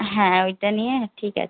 হ্যাঁ ওইটা নিয়ে ঠিক আছে